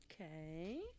Okay